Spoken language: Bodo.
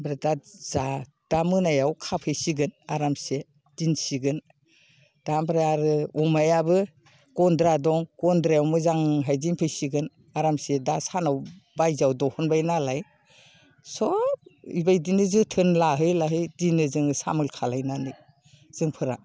आमफ्राइ दा जा दा मोनायाव खाफैसिगोन आरामसे दोनसिगोन दा आमफ्राइ आरो अमायाबो गन्द्रा दं गन्द्रायाव मोजांहै दोनफैसिगोन आरामसे दा सानाव बायजोआव दिहुनबाय नालाय सब बेबायदिनो जोथोन लाहै लाहै दिनै जों सामोल खालामनानै जों